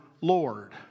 Lord